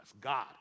God